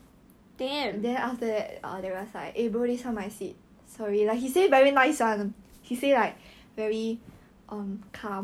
he's just scared of girls he talk to guys is okay [one] like that time that time johnson was like sharing screen then he was on Telegram then like the way elliot text